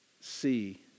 see